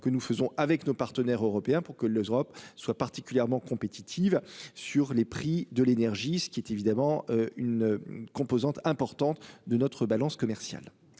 que nous faisons avec nos partenaires européens pour que l'Europe soit particulièrement compétitive sur les prix de l'énergie, ce qui est évidemment une composante importante de notre balance commerciale.